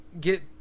get